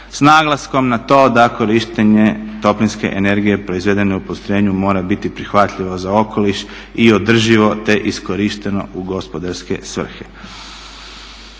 s naglaskom na to da korištenje toplinske energije proizvedene u postrojenju mora biti prihvatljivo za okoliš i održivo te iskorišteno u gospodarske svrhe.